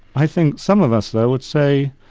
i think some of us, though, would say,